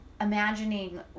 imagining